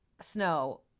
snow